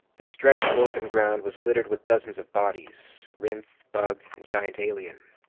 the stretch of open ground was littered with dozens of bodies, rhynth, bug, and giant alien.